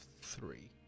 three